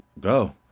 go